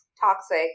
toxic